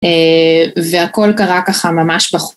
והכל קרה ככה ממש